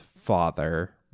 father